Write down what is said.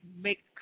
make